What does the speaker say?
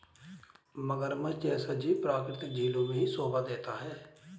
मगरमच्छ जैसा जीव प्राकृतिक झीलों में ही शोभा देता है